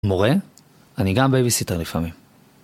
מורה, אני גם בייביסיטר לפעמים.